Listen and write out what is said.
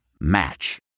Match